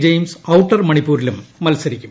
James outer മണിപ്പൂരിലും മത്സരിക്കും